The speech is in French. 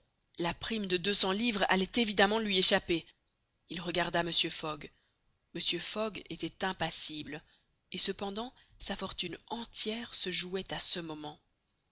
la prime de deux cents livres allait évidemment lui échapper il regarda mr fogg mr fogg était impassible et cependant sa fortune entière se jouait à ce moment